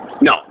no